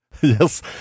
Yes